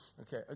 okay